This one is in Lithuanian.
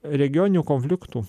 regioninių konfliktų